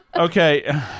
Okay